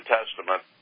Testament